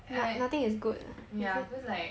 a~ yeah because like